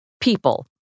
People